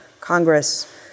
Congress